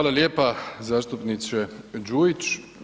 lijepa zastupniče Đujić.